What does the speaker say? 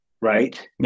right